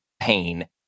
pain